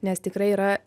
nes tikrai yra